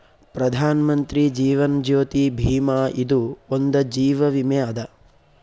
ಪ್ರಧಾನ್ ಮಂತ್ರಿ ಜೀವನ್ ಜ್ಯೋತಿ ಭೀಮಾ ಇದು ಒಂದ ಜೀವ ವಿಮೆ ಅದ